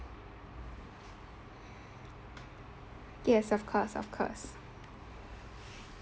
yes of course of course